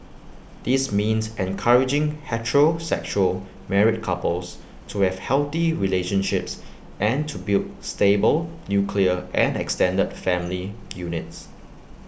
this means encouraging heterosexual married couples to have healthy relationships and to build stable nuclear and extended family units